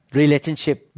relationship